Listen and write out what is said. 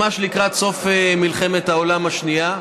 ממש לקראת סוף מלחמת העולם השנייה.